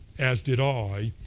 as did i,